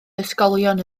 ysgolion